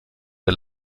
der